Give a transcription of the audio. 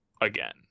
again